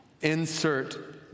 Insert